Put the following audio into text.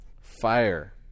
fire